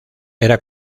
era